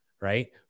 right